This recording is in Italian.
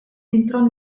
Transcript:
entrò